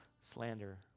slander